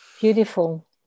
beautiful